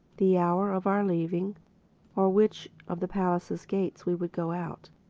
the hour of our leaving or which of the palace-gates we would go out